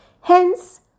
Hence